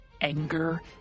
anger